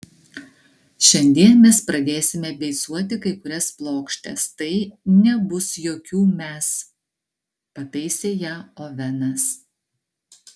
šiandien mes pradėsime beicuoti kai kurias plokštes tai nebus jokių mes pataisė ją ovenas